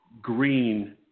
Green